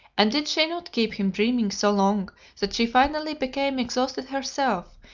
and did she not keep him dreaming so long that she finally became exhausted herself,